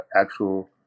actual